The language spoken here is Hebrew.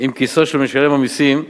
עם כיסו של משלם המסים,